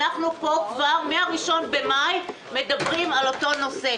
אנחנו פה כבר מה-1 במאי מדברים על אותו הנושא,